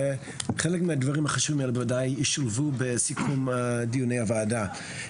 חלק מהדברים החשובים האלה בוודאי ישולבו בסיכום דיוני הוועדה.